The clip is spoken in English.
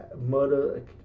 murder